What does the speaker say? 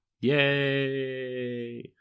Yay